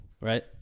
right